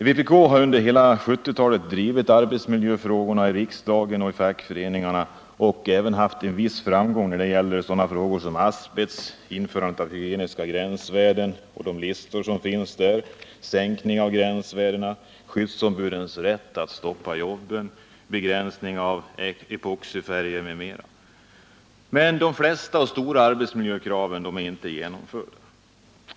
Vpk har under hela 1970-talet drivit arbetsmiljöfrågorna i riksdagen och i fackföreningarna och även nått en viss framgång när det gäller sådana frågor som asbest, införande av listan med hygieniska gränsvärden och sänkningar av dessa gränsvärden, skyddsombudens rätt att stoppa jobb, begränsning av epoxifärger, m.m. De flesta av de stora arbetsmiljökraven är emellertid inte tillgodosedda.